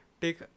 take